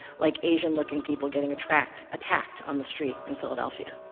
like asian-looking people getting attacked attacked on the street in philadelphia.